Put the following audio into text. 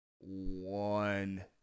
one